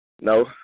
No